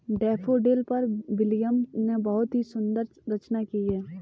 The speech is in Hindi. डैफ़ोडिल पर विलियम ने बहुत ही सुंदर रचना की है